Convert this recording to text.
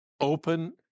Open